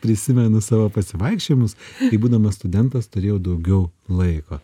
prisimenu savo pasivaikščiojimus kai būdamas studentas turėjau daugiau laiko